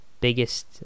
biggest